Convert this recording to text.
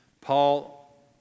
Paul